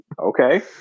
Okay